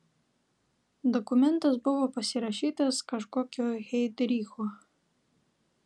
dokumentas buvo pasirašytas kažkokio heidricho